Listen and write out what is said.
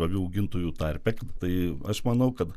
avių augintojų tarpe tai aš manau kad